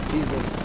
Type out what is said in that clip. Jesus